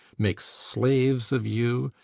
makes slaves of you,